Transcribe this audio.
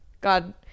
God